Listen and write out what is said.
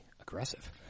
aggressive